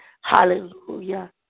Hallelujah